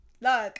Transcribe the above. Look